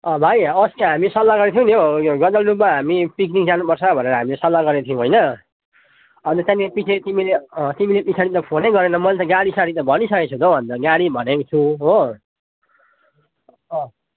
अँ भाइ अस्ति हामी सल्लाह गरेको थियौँ नि हौ यो गजलडुब्बा हामी पिकनिक जानुपर्छ भनेर हामीले सल्लाह गरेको थियौँ होइन अनि त्यहाँदेखि पिछे तिमीले अँ तिमीले पछाडि त फोनै गरेन मैले त गाडीसाडी त भनिसकेको थिएँ त हौ अन्त गाडी भनेको छु हो अँ